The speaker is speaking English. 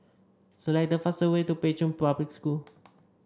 select the fastest way to Pei Chun Public School